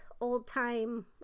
old-time